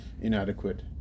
inadequate